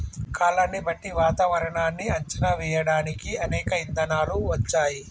కాలాన్ని బట్టి వాతావరనాన్ని అంచనా వేయడానికి అనేక ఇధానాలు వచ్చాయి